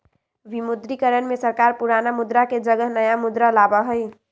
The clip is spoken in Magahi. विमुद्रीकरण में सरकार पुराना मुद्रा के जगह नया मुद्रा लाबा हई